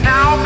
Now